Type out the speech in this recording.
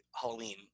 Halloween